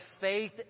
faith